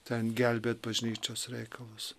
ten gelbėt bažnyčios reikalus